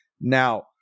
now